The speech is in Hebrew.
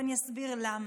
ואסביר למה.